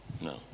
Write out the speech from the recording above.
No